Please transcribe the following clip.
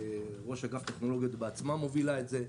ראש אגף טכנולוגיה בעצמה מובילה את זה,